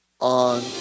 on